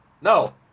No